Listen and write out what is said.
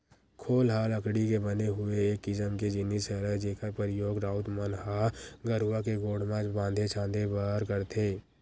खोल ह लकड़ी के बने हुए एक किसम के जिनिस हरय जेखर परियोग राउत मन ह गरूवा के गोड़ म बांधे छांदे बर करथे